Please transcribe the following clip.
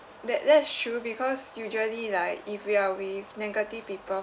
that that's true because usually like if you are with negative people